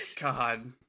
God